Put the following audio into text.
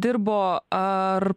dirbo ar